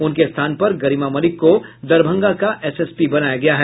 उनके स्थान पर गरिमा मलिक को दरभंगा का एसएसपी बनाया गया है